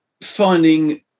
finding